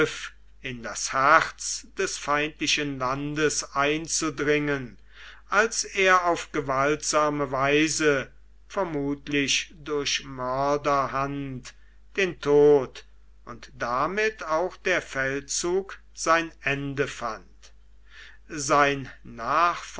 in das herz des feindlichen landes einzudringen als er auf gewaltsame weise vermutlich durch mörderhand den tod und damit auch der feldzug sein ende fand sein